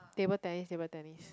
table tennis table tennis